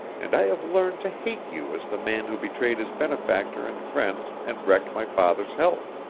and i have learned to hate you as the man who betrayed his benefactor and friends and wrecked my father's health.